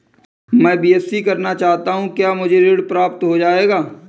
मैं बीएससी करना चाहता हूँ क्या मुझे ऋण प्राप्त हो जाएगा?